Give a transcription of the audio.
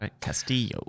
Castillo